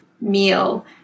meal